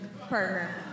partner